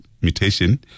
mutation